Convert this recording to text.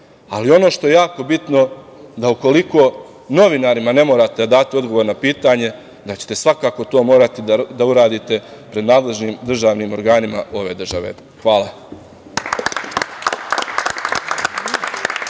dan? Ono što je jako bitno, da ukoliko novinarima ne morate da date odgovor na pitanje, da ćete svakako to morati da uradite pred nadležnim državnim organima ove države. Hvala.